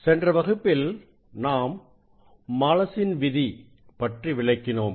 சென்ற வகுப்பில் நாம் மாலசின் விதி பற்றி விளக்கினோம்